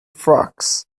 frocks